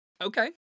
Okay